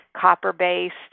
copper-based